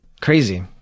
crazy